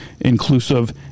inclusive